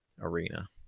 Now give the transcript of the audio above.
arena